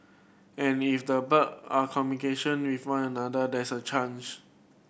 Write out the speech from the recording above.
and if the bird are communication with one another there's a chance